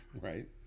Right